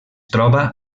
troba